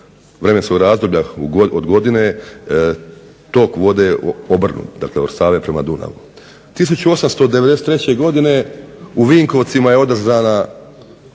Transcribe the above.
vremenskog razdoblja od godine tok vode obrnut, dakle od Save prema Dunavu. 1893. godine u Vinkovcima je održana